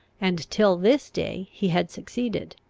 and till this day he had succeeded.